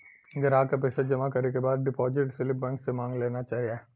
ग्राहक के पइसा जमा करे के बाद डिपाजिट स्लिप बैंक से मांग लेना चाही